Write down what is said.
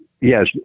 Yes